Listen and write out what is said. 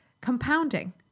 compounding